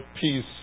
peace